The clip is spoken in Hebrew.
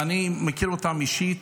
אני מכיר אותם אישית